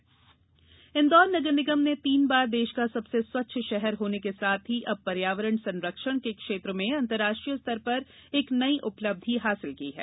carbon उत्सर्जन रोक इंदौर नगर निगम ने तीन बार देष का सबसे स्वच्छ षहर होने के साथ ही अब पर्यावरण संरक्षण के क्षेत्र में अंतरराष्ट्रीय स्तर पर एक नई उपलब्धि हासिल की है